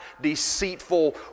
deceitful